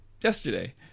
yesterday